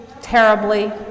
terribly